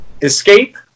Escape